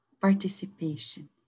participation